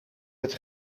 het